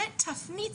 תפנית,